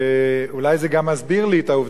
אולי זה גם מסביר לי את העובדה שמספרים